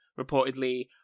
reportedly